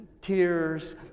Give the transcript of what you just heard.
tears